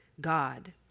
God